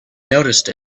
noticed